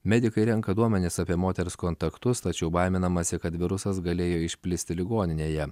medikai renka duomenis apie moters kontaktus tačiau baiminamasi kad virusas galėjo išplisti ligoninėje